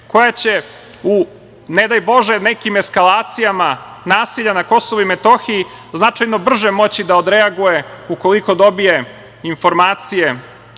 koja će u ne daj bože, nekim eskalacijama, nasilja na KiM, značajno brže moći da odreaguje, ukoliko dobije informacije,